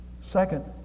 Second